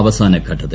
അവസാന ഘട്ടത്തിൽ